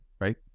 right